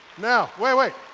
now, wait, wait.